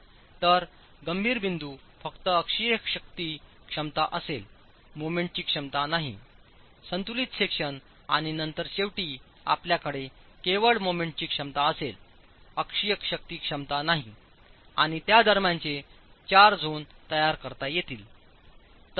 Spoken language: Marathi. तर गंभीर बिंदू फक्त अक्षीय शक्ती क्षमता असेल मोमेंटची क्षमता नाही संतुलित सेक्शन आणि नंतर शेवटी आपल्याकडे केवळ मोमेंटची क्षमता असेल अक्षीय शक्ती क्षमता नाही आणि त्या दरम्यानचे चार झोन तयार करता येतील